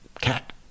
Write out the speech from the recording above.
cat